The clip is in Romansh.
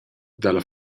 dalla